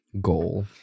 goal